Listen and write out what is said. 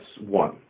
one